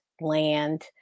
land